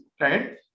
right